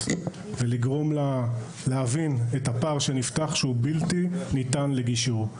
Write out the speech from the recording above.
ולגרום לה להבין את הפער שנפתח שהוא בלתי ניתן לגישור.